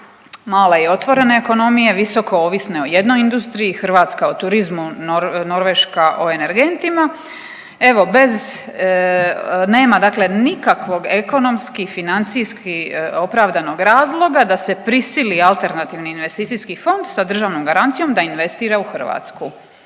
male i otvorene ekonomije, visoko ovisne o jednoj industriji, Hrvatska o turizmu, Norveška o energentima, evo bez, nema dakle nikakvog ekonomski, financijski opravdanog razloga da se prisili alternativni investicijski fond sa državnom garancijom da investira u Hrvatsku.